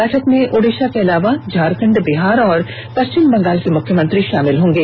बैठक में ओडिषा के अलावा झारखण्ड बिहार और पष्विम बंगाल के मुख्यमंत्री शामिल होंगे